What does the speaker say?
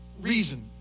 reason